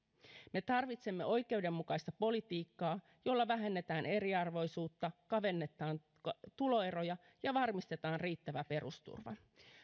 me tarvitsemme oikeudenmukaista politiikkaa jolla vähennetään eriarvoisuutta kavennetaan tuloeroja ja varmistetaan riittävä perusturva